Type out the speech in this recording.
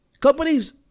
companies